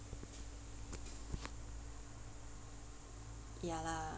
ya lah